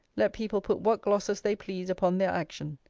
let people put what glosses they please upon their action.